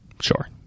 Sure